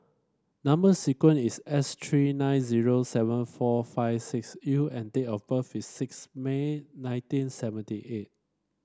number sequence is S three nine zero seven four five six U and date of birth is six May nineteen seventy eight